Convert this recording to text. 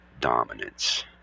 dominance